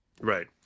Right